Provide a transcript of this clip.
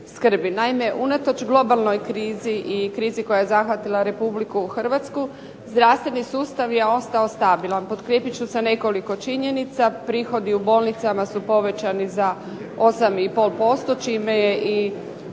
Naime, unatoč globalnoj krizi i krizi koja je zahvatila Republiku Hrvatsku zdravstveni sustav je ostao stabilan, potkrijepit ću sa nekoliko činjenica. Prihodi u bolnicama su povećani za 8,5%, čime je i